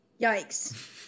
Yikes